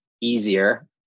easier